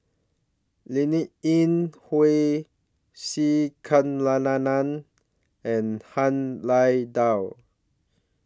Linn in Hua C Kunalan and Han Lao DA